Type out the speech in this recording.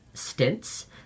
stints